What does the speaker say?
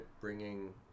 bringing